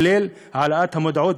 כולל העלאת המודעות,